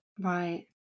Right